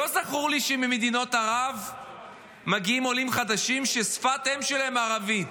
לא זכור לי שממדינות ערב מגיעים עולים חדשים ששפת האם שלהם ערבית.